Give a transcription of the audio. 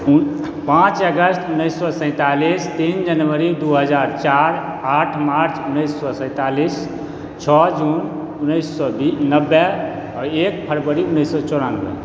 पाँच अगस्त उन्नैस सए सैतालिस तीन जनवरी दू हजार चारि आठ मार्च उन्नीस सए सैतालिस छओ जुन उन्नैस सए नब्बे आओर एक फरवरी उन्नैस सए चौरानबे